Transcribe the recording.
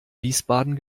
wiesbaden